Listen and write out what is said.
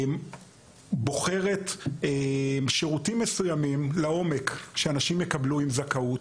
בוחרת שירותים מסוימים שאנשים עם זכאות יקבלו,